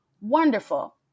wonderful